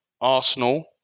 Arsenal